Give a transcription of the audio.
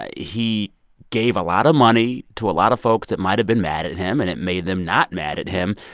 he gave a lot of money to a lot of folks that might have been mad at at him, and it made them not mad at him.